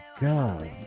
god